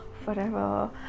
forever